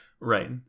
Right